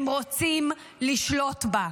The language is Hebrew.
הם רוצים לשלוט בה.